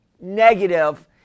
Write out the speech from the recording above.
negative